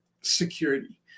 security